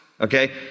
Okay